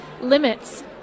limits